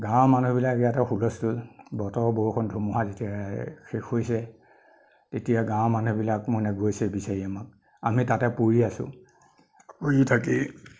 গাঁৱৰ মানুহবিলাকে ইয়াতো হুলস্থূল বতৰ বৰষুণ ধুুমুহা যেতিয়া শেষ হৈছে তেতিয়া গাঁৱৰ মানুহবিলাক মানে গৈছে বিচাৰি আমি তাতে পৰি আছো পৰি থাকি